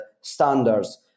standards